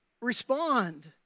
respond